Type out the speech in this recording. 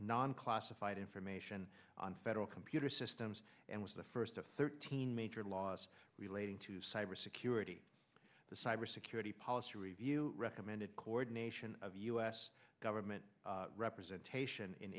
non classified information on federal computer systems and was the first of thirteen major laws relating to cyber security the cyber security policy review recommended coordination of u s government representation in